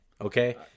Okay